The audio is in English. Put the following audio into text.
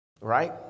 right